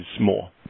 more